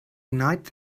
night